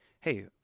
hey